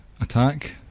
attack